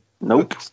Nope